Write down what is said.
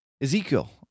Ezekiel